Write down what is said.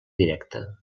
directa